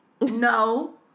no